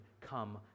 come